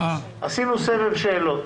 עשינו סבב שאלות.